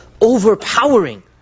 overpowering